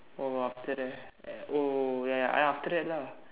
or after that at oh ya ya after that lah